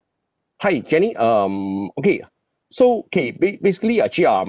hi jenny uh um okay so K ba~ basically actually um